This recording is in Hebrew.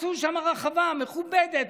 עשו שם רחבה מכובדת,